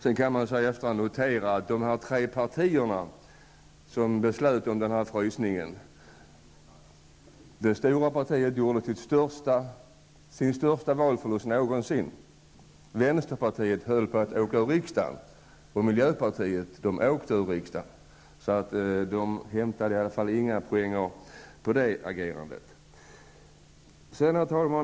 Efter att ha noterat att det var tre partier som beslöt om denna frysning, kan jag säga att det stora partiet gjorde sin största valförlust någonsin, att vänsterpartiet höll på att åka ur riksdagen och att miljöpartiet åkte ur riksdagen. De tog alltså inga poäng på det agerandet. Herr talman!